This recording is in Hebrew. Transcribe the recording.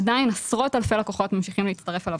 עדיין עשרות אלפי לקוחות ממשיכים להצטרף אליו